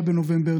9 בנובמבר,